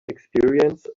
experience